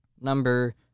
Number